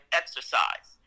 exercise